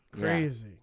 Crazy